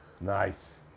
Nice